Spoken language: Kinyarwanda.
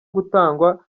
gutangwa